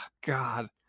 God